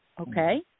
okay